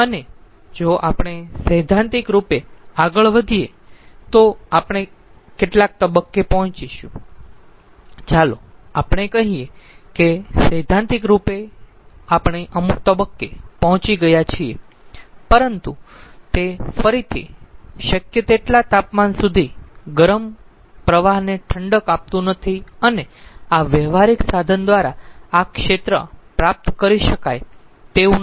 અને જો આપણે સૈદ્ધાંતિક રૂપે આગળ વધીએ તો આપણે કેટલાક તબક્કે પહોંચીશું ચાલો આપણે કહીયે કે સૈદ્ધાંતિક રૂપે આપણે અમુક તબક્કે પહોંચી ગયા છીએ પરંતુ તે ફરીથી શક્ય તેટલા તાપમાન સુધી ગરમ પ્રવાહને ઠંડક આપતું નથી અને આ વ્યવહારિક સાધન દ્વારા આ ક્ષેત્ર પ્રાપ્ત કરી શકાય તેવું નથી